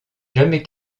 jamais